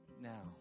now